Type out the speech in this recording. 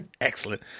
Excellent